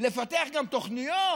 לפתח גם תוכניות